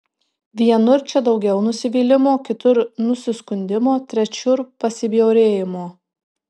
vienur čia daugiau nusivylimo kitur nusiskundimo trečiur pasibjaurėjimo